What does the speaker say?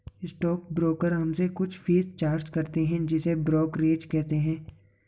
stock broker हमसे कुछ fees charge करते हैं जिसे ब्रोकरेज कहते हैं